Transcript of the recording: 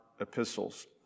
epistles